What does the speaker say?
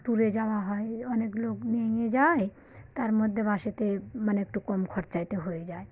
ট্যুরে যাওয়া হয় অনেক লোক নিয়ে নিয়ে যায় তার মধ্যে বাসেতে মানে একটু কম খরচাতে হয়ে যায়